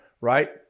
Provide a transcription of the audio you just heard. Right